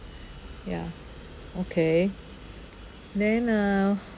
ya okay then uh